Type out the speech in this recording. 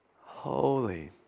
holy